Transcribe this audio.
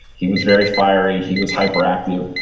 he was very fiery. he was hyperactive,